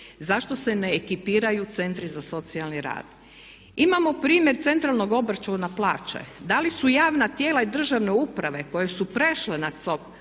Zašto ne ekipiraju centri za socijalni rad? Imamo primjer centralnog obračuna plaća (COP) da li su javna tijela i državne uprave koje su prešle na COP